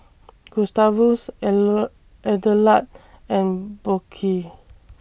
Gustavus Adelard and Burke